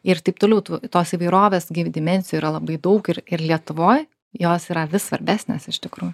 ir taip toliau tų tos įvairovės gyv dimensijų yra labai daug ir ir lietuvoj jos yra vis svarbesnės iš tikrųjų